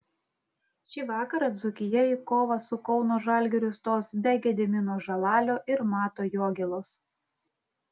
šį vakarą dzūkija į kovą su kauno žalgiriu stos be gedimino žalalio ir mato jogėlos